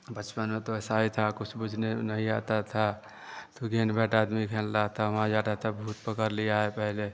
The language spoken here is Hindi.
बचपन में तो ऐसा ही था कुछ बुझने नहीं आता था तो गेंद बैट आदमी खेल रहे थे वहाँ जा रहे थे भूत पकड़ लिया है पहले